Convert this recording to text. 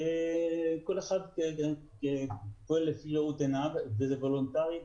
וכל אחד פועל לפי ראות עיניו וזה וולנטרי.